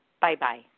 Bye-bye